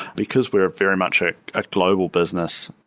because we're a very much a global business,